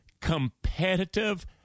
competitive